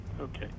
Okay